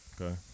Okay